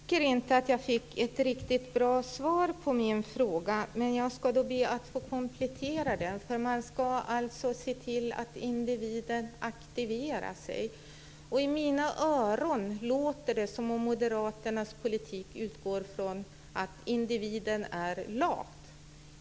Fru talman! Jag tycker inte att jag fick ett riktigt bra svar på min fråga, men jag ska be att få komplettera den. Man ska alltså se till att individen aktiverar sig. I mina öron låter det som om moderaternas politik utgår från att individen är lat.